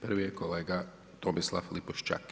Prvi je kolega Tomislav Lipošćak.